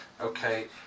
Okay